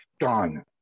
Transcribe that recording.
done